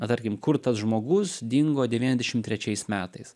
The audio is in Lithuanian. na tarkim kur tas žmogus dingo devyniadešim trečiais metais